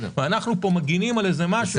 אנחנו פה מגנים על משהו.